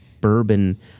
bourbon